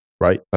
right